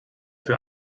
für